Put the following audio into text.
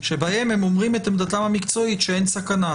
שבהם הם אומרים את עמדתם המקצועית שאין סכנה.